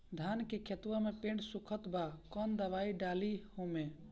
धान के खेतवा मे पेड़ सुखत बा कवन दवाई डाली ओमे?